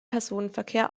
personenverkehr